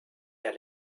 der